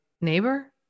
neighbor